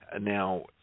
Now